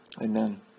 Amen